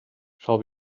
shall